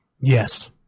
Yes